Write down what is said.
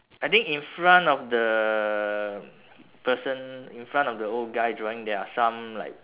I think in front of the person in front of the old guy drawing there are some like